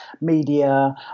media